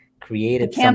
created